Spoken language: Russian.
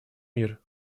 мир